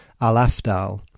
al-Afdal